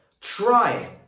try